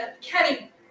Kenny